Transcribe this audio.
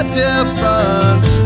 difference